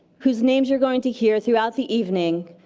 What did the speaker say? whose names you're going to hear throughout the evening,